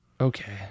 Okay